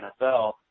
NFL